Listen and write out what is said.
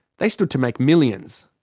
they stood to make millions.